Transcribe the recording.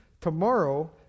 tomorrow